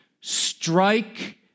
Strike